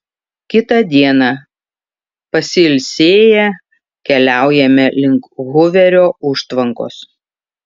kitą dieną pasiilsėję keliaujame link huverio užtvankos